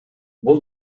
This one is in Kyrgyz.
бул